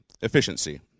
efficiency